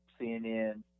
CNN